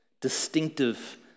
distinctive